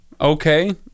okay